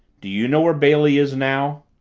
do you know where bailey is now?